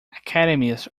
academies